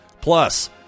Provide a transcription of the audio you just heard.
Plus